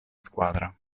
squadra